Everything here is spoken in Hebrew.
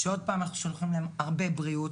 שעוד פעם אנחנו שלוחים להם הרבה הבריאות,